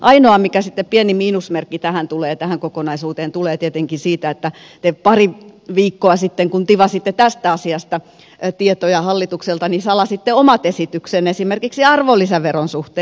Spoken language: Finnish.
ainoa pieni miinusmerkki mikä tulee sitten tähän kokonaisuuteen tulee tietenkin siitä että te pari viikkoa sitten kun tivasitte tästä asiasta tietoja hallitukselta salasitte omat esityksenne esimerkiksi arvonlisäveron suhteen